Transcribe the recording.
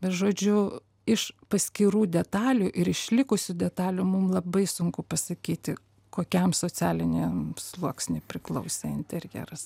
žodžiu iš paskirų detalių ir išlikusių detalių mum labai sunku pasakyti kokiam socialiniam sluoksniui priklausė interjeras